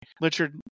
Richard